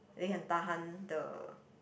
they can tahan the